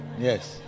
Yes